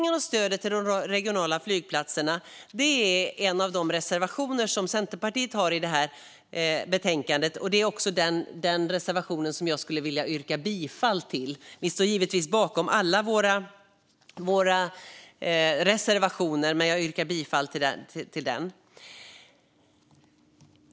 En av de reservationer som Centerpartiet har i betänkandet rör just finansieringen av och stödet till de regionala flygplatserna, och det är också den reservation jag vill yrka bifall till. Vi står givetvis bakom alla våra reservationer, men jag yrkar bifall enbart till den.